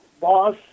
boss